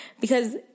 Because-